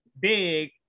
Big